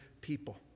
people